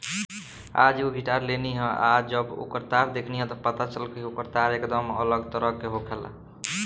आज एगो गिटार लेनी ह आ जब ओकर तार देखनी त पता चलल कि ओकर तार एकदम अलग तरह के होखेला